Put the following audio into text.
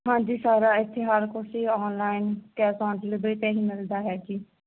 ਹਾਂਜੀ ਸਾਰਾ ਇਥੇ ਹਰ ਕੁਛ ਹੀ ਆਨਲਾਈਨ ਕਲਾਸ ਮਿਲਦਾ ਹੈ ਜੀ